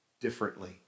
differently